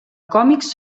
còmics